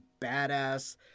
badass